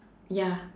ya